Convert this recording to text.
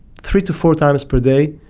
three to four times per day,